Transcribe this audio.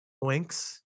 Winks